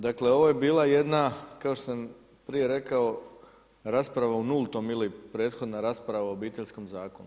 Dakle, ovo je bila jedna kao što sam prije rekao rasprava u nultom ili prethodna rasprava o Obiteljskom zakonu.